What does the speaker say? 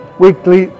weekly